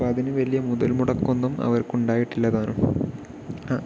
അപ്പോൾ അതിന് വലിയ മുതൽ മുടക്കൊന്നും അവർക്കുണ്ടായിട്ടില്ല താനും ആ